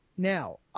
Now